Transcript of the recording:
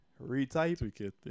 retype